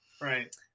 right